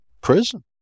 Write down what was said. prison